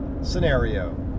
scenario